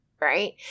Right